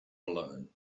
alone